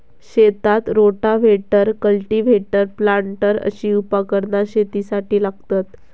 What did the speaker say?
शेतात rotavator, cultivator, planter अशी उपकरणा शेतीसाठी लागतत